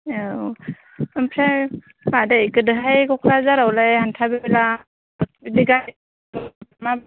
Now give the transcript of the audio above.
औ ओमफ्राय मादै गोदोहाय क'क्राझारावलाय आं थाफैब्ला बिदि गारिफोर मा